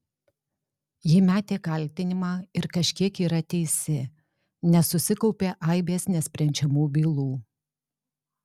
ji metė kaltinimą ir kažkiek yra teisi nes susikaupė aibės nesprendžiamų bylų